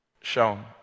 shown